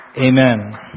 Amen